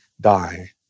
die